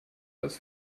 das